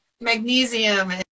magnesium